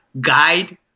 guide